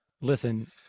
listen